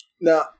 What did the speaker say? now